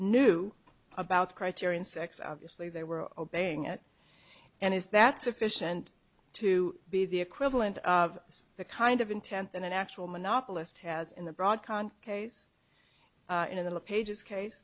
knew about criterion sex obviously they were obeying it and is that sufficient to be the equivalent of the kind of intent than an actual monopolist has in the broad concave in the pages case